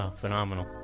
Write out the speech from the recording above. phenomenal